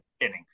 inning